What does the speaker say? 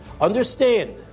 Understand